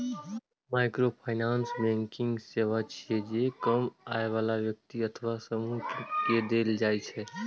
microfinance banking सेवा छियै, जे कम आय बला व्यक्ति अथवा समूह कें देल जाइ छै